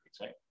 right